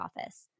office